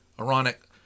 ironic